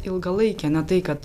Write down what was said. ilgalaikė ne tai kad